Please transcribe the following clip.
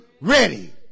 ready